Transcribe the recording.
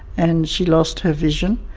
and she lost her vision.